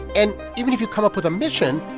and even if you come up with a mission,